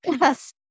Yes